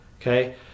okay